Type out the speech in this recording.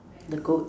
the goat